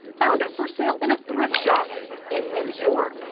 found it for sale in a thrift shop but in new york.